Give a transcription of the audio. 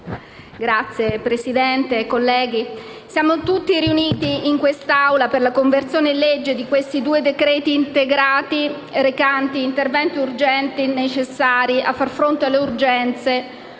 Signora Presidente, colleghi, siamo tutti riuniti in quest'Aula per la conversione in legge di due decreti‑legge integrati recanti interventi urgenti e necessari per far fronte alle urgenze